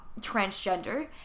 transgender